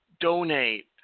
donate